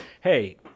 hey